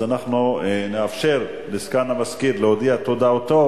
אנחנו נאפשר לסגן המזכיר להודיע את הודעתו,